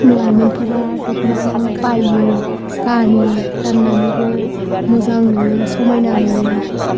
लाइमोनफोरा दख'नाखौ बायो गानो गाननानैबो मोजां नुयो समायना नुयो